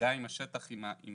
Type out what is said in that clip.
במגע עם השטח, עם הפרטים.